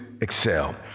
excel